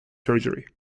surgery